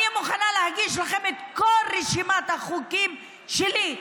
אני מוכנה להגיש לכם את כל רשימת החוקים שלי.